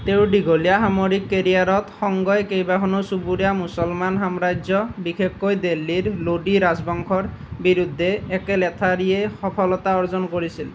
তেওঁৰ দীঘলীয়া সামৰিক কেৰিয়াৰত সংগই কেইবাখনো চুবুৰীয়া মুছলমান সাম্ৰাজ্য বিশেষকৈ দিল্লীৰ লোদী ৰাজবংশৰ বিৰুদ্ধে একেলেথাৰিয়ে সফলতা অৰ্জন কৰিছিল